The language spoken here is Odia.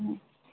ହୁଁ